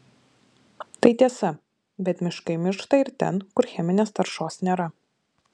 tai tiesa bet miškai miršta ir ten kur cheminės taršos nėra